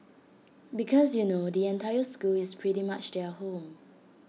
because you know the entire school is pretty much their home